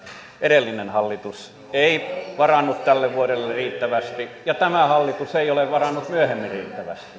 edellinen hallitus ei varannut tälle vuodelle riittävästi ja tämä hallitus ei ole varannut myöhemmin